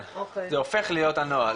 זה הופך להיות הנוהל,